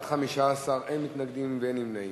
בעד 15, אין מתנגדים ואין נמנעים.